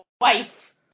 wife